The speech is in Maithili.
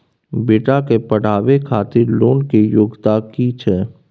बेटा के पढाबै खातिर लोन के योग्यता कि छै